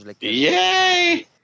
Yay